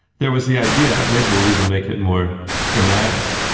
there was the idea, maybe we'll even make it more dramatic,